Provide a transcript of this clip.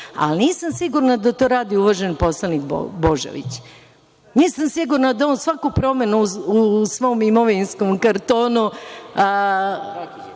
Ali, nisam sigurna da to radi uvaženi poslanik Božović. Nisam sigurna da on svaku promenu u svom imovinskom kartonu,